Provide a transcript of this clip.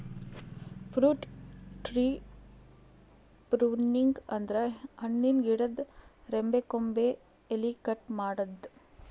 fruit tree pruning ಅಂದ್ರ ಹಣ್ಣಿನ್ ಗಿಡದ್ ರೆಂಬೆ ಕೊಂಬೆ ಎಲಿ ಕಟ್ ಮಾಡದ್ದ್